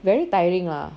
very tiring lah